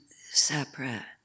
separate